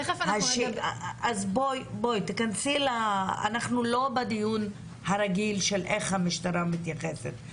אנחנו לא בדיון הרגיל של איך המשטרה מתייחסת,